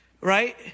right